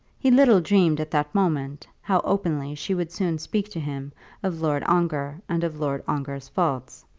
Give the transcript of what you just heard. he little dreamed at that moment how openly she would soon speak to him of lord ongar and of lord ongar's faults!